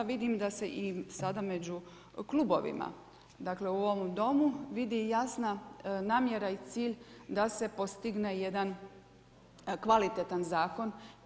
Vidim da se i sada među klubovima, dakle u ovom Domu vidi i jasna namjera i cilj da se postigne jedan kvalitetan zakon.